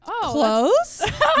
Close